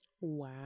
Wow